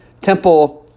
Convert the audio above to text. temple